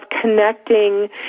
connecting